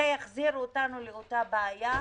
זה יחזיר אותנו לאותה בעיה,